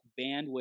bandwidth